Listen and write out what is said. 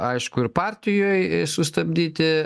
aišku ir partijoj sustabdyti